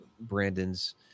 Brandon's